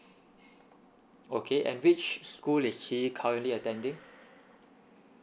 okay and which school is he currently attending